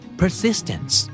persistence